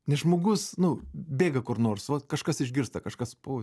nes žmogus nu bėga kur nors vat kažkas išgirsta kažkas po